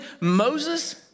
Moses